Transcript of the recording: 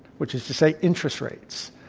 which is to say interest rates.